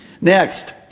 Next